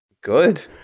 good